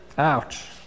Ouch